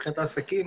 מבחינת העסקים,